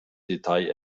detail